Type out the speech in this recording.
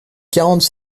quarante